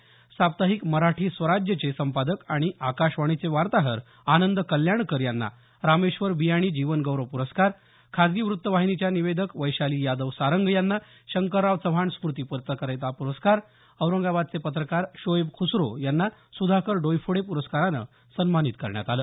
साप्ताहिक मराठी स्वराज्यचे संपादक आणि आकाशवाणीचे वार्ताहर आनंद कल्याणकर यांना रामेश्वर बियाणी जीवन गौरव पुरस्कार खाजगी वृत्त वाहिनीच्या निवेदक वैशाली यादव सारंग यांना शंकरराव चव्हाण स्मुती पत्रकारीता प्रस्कार औरंगाबादचे पत्रकार शोएब खुसरो यांना सुधाकर डोईफोडे पुरस्कारानं सन्मानित करण्यात आलं